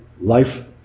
life